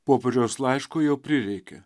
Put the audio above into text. popiežiaus laiško jau prireikė